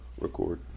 record